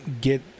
get